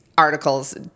articles